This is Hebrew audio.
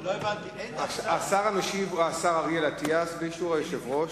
השר המשיב הוא אריאל אטיאס, באישור היושב-ראש.